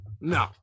No